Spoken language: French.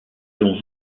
l’on